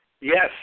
Yes